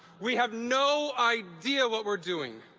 we have no idea what we're doing!